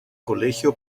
colegio